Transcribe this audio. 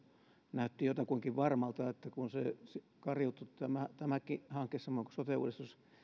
näytti jotakuinkin varmalta kun kariutui tämäkin hanke samoin kuin sote uudistus